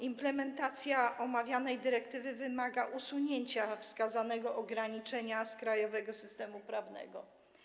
Implementacja omawianej dyrektywy wymaga usunięcia wskazanego ograniczenia z krajowego systemu prawnego.